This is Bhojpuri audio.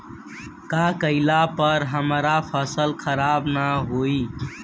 का कइला पर हमार फसल खराब ना होयी?